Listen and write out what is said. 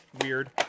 weird